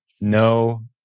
No